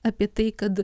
apie tai kad